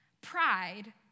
pride